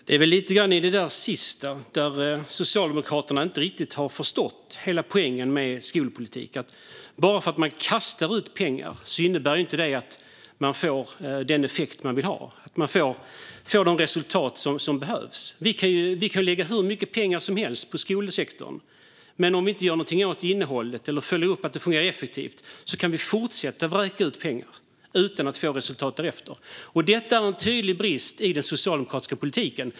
Herr talman! Det framgår lite grann av det där sista att Socialdemokraterna inte riktigt har förstått hela poängen med skolpolitiken. Bara för att man kastar ut pengar innebär det inte att man får den effekt som man vill ha eller de resultat som behövs. Vi kan lägga hur mycket pengar som helst på skolsektorn, men om vi inte gör något åt innehållet eller följer upp att det fungerar effektivt kan vi fortsätta vräka ut pengar utan att det får något resultat därefter. Detta är en tydlig brist i den socialdemokratiska politiken.